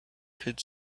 could